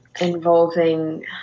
involving